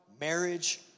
marriage